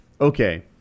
okay